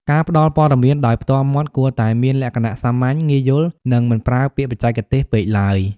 ការផ្តល់ព័ត៌មានដោយផ្ទាល់មាត់គួរតែមានលក្ខណៈសាមញ្ញ ងាយយល់ និងមិនប្រើពាក្យបច្ចេកទេសពេកឡើយ។